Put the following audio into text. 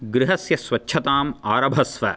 गृहस्य स्वच्छताम् आरभस्व